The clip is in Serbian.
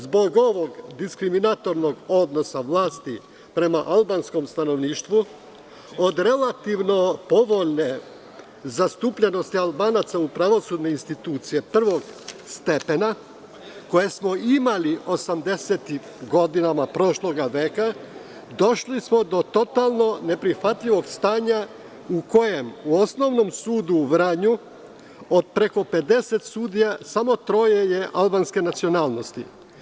Zbog ovog diskriminatorskog odnosa vlasti prema albanskom stanovništvu od relativno povoljne zastupljenosti Albanaca u pravosudnim institucijama prvog stepena, koje smo imali 80-tih godina prošlog veka, došli smo do totalno neprihvatljivog stanja u kojem u Osnovnom sudu u Vranju od preko 50 sudija samo troje je albanske nacionalnosti.